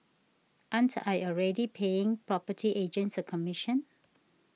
aren't I already paying property agents a commission